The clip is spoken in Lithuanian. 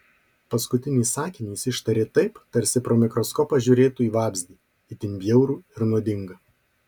paskutinį sakinį jis ištarė taip tarsi pro mikroskopą žiūrėtų į vabzdį itin bjaurų ir nuodingą